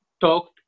talked